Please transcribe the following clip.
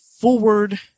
forward